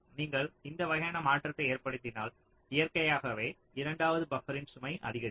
நீங்கள் இந்த வகையான மாற்றத்தை ஏற்படுத்தினால் இயற்கையாகவே இரண்டாவது பப்பரின் சுமை அதிகரிக்கும்